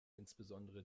insbesondere